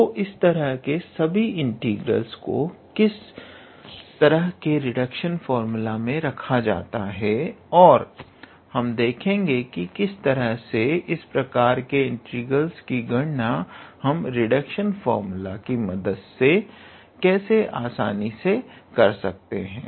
तो इस तरह के सभी इंटीग्रलस को किसी तरह के रिडक्शन फार्मूला मे रखा जा सकता है और हम देखेगे की किस तरह से इस प्रकार के इंटीग्रलस की गणना हम रिडक्शन फार्मूला की मदद से केसे आसानी से कर सकते हैं